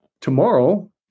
tomorrow